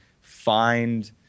find